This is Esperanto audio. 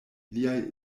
liaj